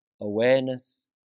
awareness